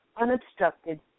unobstructed